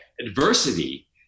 adversity